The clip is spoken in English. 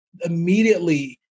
immediately